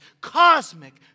cosmic